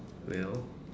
well